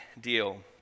deal